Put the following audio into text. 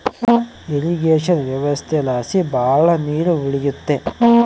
irrigation ವ್ಯವಸ್ಥೆಲಾಸಿ ಭಾಳ ನೀರ್ ಉಳಿಯುತ್ತೆ